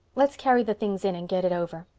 let's carry the things in and get it over.